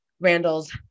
Randall's